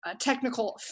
technical